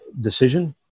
decision